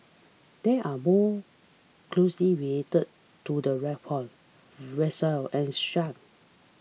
they are more closely related to the raccoon weasel and skunk